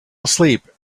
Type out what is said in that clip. asleep